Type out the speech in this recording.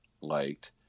liked